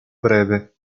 breve